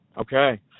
okay